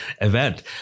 event